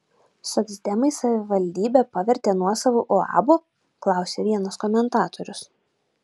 socdemai savivaldybę pavertė nuosavu uabu klausia vienas komentatorius